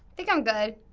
think i'm good.